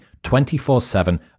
24-7